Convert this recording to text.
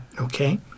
Okay